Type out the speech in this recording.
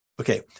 okay